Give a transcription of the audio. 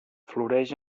floreix